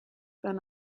been